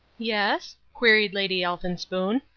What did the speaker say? yes? queried lady elphinspoon.